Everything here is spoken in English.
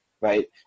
right